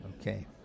Okay